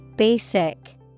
Basic